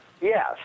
Yes